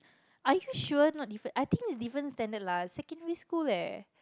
are you sure not different I think different standard lah secondary school leh